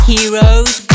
Heroes